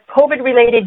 COVID-related